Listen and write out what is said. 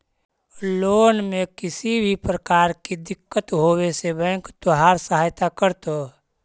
loan में किसी भी प्रकार की दिक्कत होवे से बैंक तोहार सहायता करतो